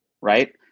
right